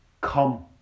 come